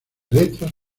letras